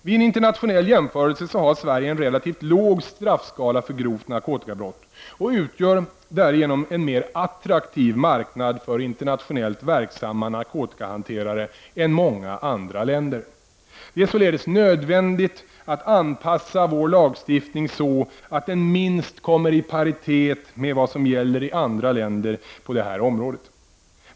Vid en internationell jämförelse har Sverige en relativt låg straffskala för grovt narkotikabrott och utgör därigenom en mer attraktiv marknad för internationellt verksamma narkotikahanterare än många andra länder, Det är således nödvändigt att anpassa vår lagstiftning så att den minst kommer i paritet med vad som gäller i andra länder på det här området.